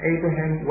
Abraham